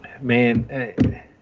Man